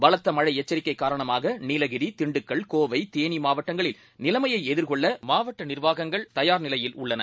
பலத்தமழைஎச்சரிக்கைகாரணமாகநீலகிரி திண்டுக்கல் கோவை தேனி மாவட்டங்களில்நிலைமையைஎதிர்கொள்ளமாவட்டநிர்வா கங்கள்தயார்நிலையில்உள்ளன